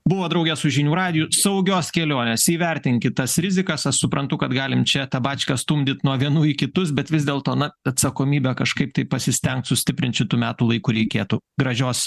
buvot drauge su žinių radiju saugios kelionės įvertinkit tas rizikas aš suprantu kad galim čia tą bačką stumdyt nuo vienų į kitus bet vis dėlto na atsakomybę kažkaip tai pasistengt sustiprint šitu metų laiku reikėtų gražios